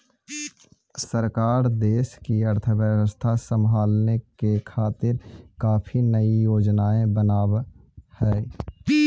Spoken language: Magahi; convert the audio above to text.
सरकार देश की अर्थव्यवस्था संभालने के खातिर काफी नयी योजनाएं बनाव हई